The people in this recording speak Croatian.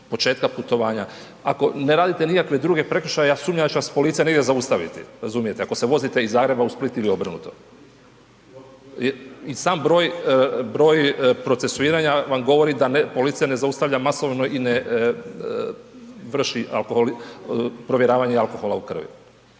početka putovanja. Ako ne radite nikakve druge prekršaje ja sumnjam da će vas policija negdje zaustaviti razumijete ako se vozite iz Zagreba u Split ili obrnuto. I sam broj procesuiranja vam govori da policija ne zaustavlja masovno i ne vrši provjeravanje alkohola u krvi.